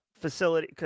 facility